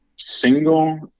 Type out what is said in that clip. single